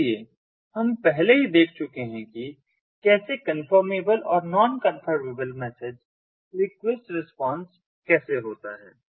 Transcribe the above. इसलिए हम पहले ही देख चुके हैं कि कैसे कंफर्मेबल और non confirmable message request response कैसे होता है